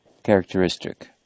Characteristic